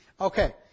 Okay